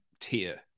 tier